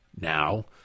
now